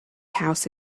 house